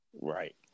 Right